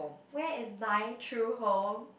where is my true home